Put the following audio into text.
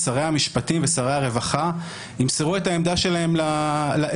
שר המשפטים ושר הרווחה ימסרו את העמדה שלהם לבג"ץ.